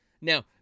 Now